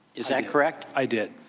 is that correct? i did.